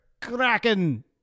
Kraken